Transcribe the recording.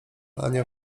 ania